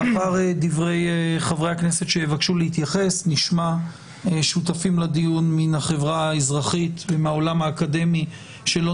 לאחר חברי הכנסת נשמע שותפים לדיון מהחברה האזרחית ומהעולם האקדמי שלא